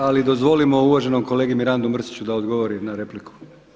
Ali dozvolimo uvaženom kolegi Mirandu Mrsiću da odgovori na repliku.